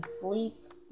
sleep